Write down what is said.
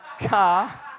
car